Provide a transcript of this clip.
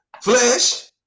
flesh